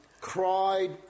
cried